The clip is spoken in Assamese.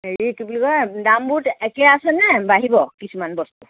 হেৰি কি বুলি কয় দামবোৰ একেই আছে নে বাঢ়িব কিছুমান বস্তু